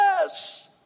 yes